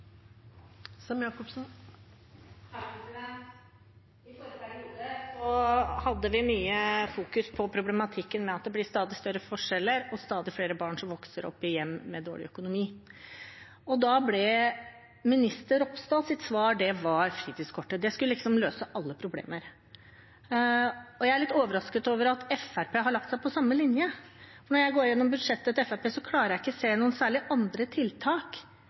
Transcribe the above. stadig flere barn som vokser opp i hjem med dårlig økonomi. Minister Ropstads svar da var fritidskortet – det skulle liksom løse alle problemer – og jeg er litt overrasket over at Fremskrittspartiet har lagt seg på samme linje. Når jeg går gjennom budsjettet til Fremskrittspartiet, klarer jeg ikke å se noen særlig andre tiltak